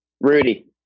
Rudy